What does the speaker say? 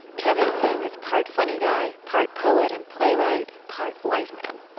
kevin kling is part funny guy, part poet and playwright, part wise man.